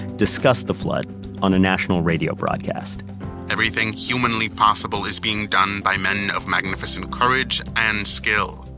discussed the flood on a national radio broadcast everything humanly possible is being done by men of magnificent courage and skill.